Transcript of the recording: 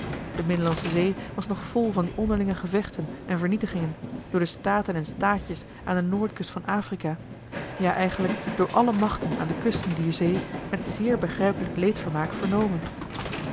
de middellandsche zee was nog vol van die onderlinge gevechten en vernietigingen door de staten en staatjes joh h been paddeltje de scheepsjongen van michiel de ruijter aan de noordkust van afrika ja eigenlijk door alle machten aan de knsten dier zee met zeer begrijpelijk leedvermaak vernomen